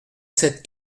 sept